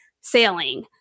sailing